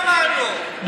בחירות.